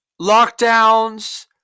lockdowns